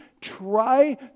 Try